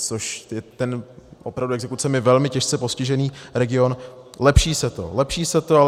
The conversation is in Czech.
Což je pro ten opravdu exekucemi velmi těžce postižený region lepší se to, lepší se to.